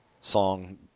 song